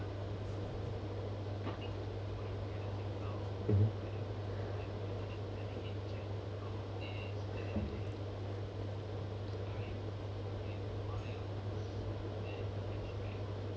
mmhmm